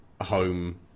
home